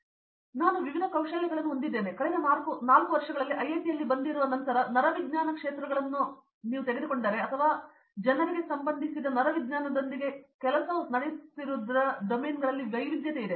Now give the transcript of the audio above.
ಹಾಗಾಗಿ ನಾನು ವಿವಿಧ ಕೌಶಲಗಳನ್ನು ಹೊಂದಿದ್ದೇನೆ ಮತ್ತು ಕಳೆದ 4 ವರ್ಷಗಳಲ್ಲಿ ಐಐಟಿನಲ್ಲಿ ಬಂದಿರುವ ನಂತರ ನರವಿಜ್ಞಾನ ಕ್ಷೇತ್ರಗಳನ್ನು ನೀವು ತೆಗೆದುಕೊಂಡರೆ ಅಥವಾ ವ್ಯಾಪ್ತಿಯ ಜನರು ಸಂಬಂಧಿಸಿದ ನರವಿಜ್ಞಾನದೊಂದಿಗೆ ಕೆಲಸವು ನಡೆಯುತ್ತಿರುವುದರಲ್ಲಿ ಡೊಮೇನ್ಗಳ ವೈವಿಧ್ಯತೆಯಿದೆ